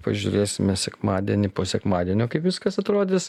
pažiūrėsime sekmadienį po sekmadienio kaip viskas atrodys